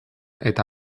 eta